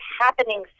happening